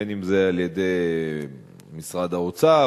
בין אם זה על-ידי משרד האוצר,